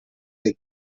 dei